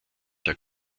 der